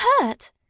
hurt